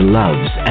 loves